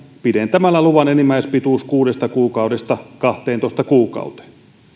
pidentämällä luvan enimmäispituus kuudesta kuukaudesta kahteentoista kuukauteen